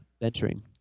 venturing